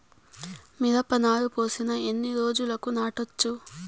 మిరప నారు పోసిన ఎన్ని రోజులకు నాటచ్చు?